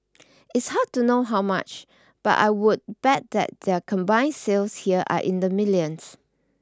it's hard to know how much but I would bet that their combined sales here are in the millions